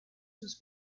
sus